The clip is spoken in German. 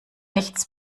nichts